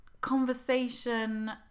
conversation